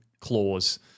clause